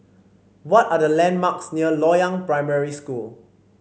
what are the landmarks near Loyang Primary School